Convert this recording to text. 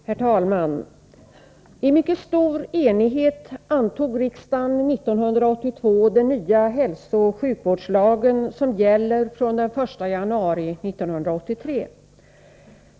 Herr talman! I mycket stor enighet antog riksdagen 1982 den nya hälsooch sjukvårdslagen, som gäller från den 1 januari 1983.